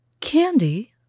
Candy